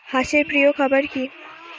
হাঁস এর প্রিয় খাবার কি?